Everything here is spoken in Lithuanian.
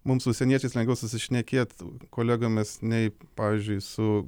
mum su užsieniečiais lengviau susišnekėt kolegomis nei pavyzdžiui su